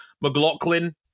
McLaughlin